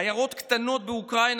עיירות קטנות באוקראינה,